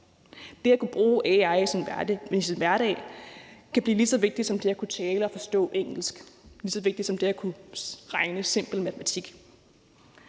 Det at kunne bruge AI i sin hverdag kan blive lige så vigtigt som det at kunne tale og forstå engelsk og lige så vigtigt som det at kunne regne simpel matematik.